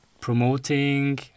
promoting